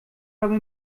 habe